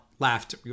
Laughed